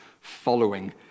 following